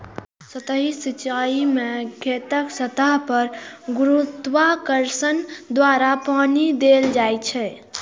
सतही सिंचाइ मे खेतक सतह पर गुरुत्वाकर्षण द्वारा पानि देल जाइ छै